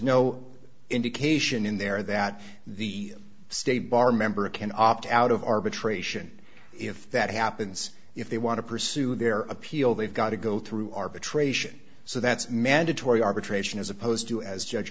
no indication in there that the state bar member can opt out of arbitration if that happens if they want to pursue their appeal they've got to go through arbitration so that's mandatory arbitration as opposed to as judge